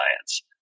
science